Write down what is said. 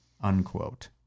unquote